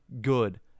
good